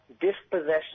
dispossession